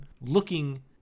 looking